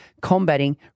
combating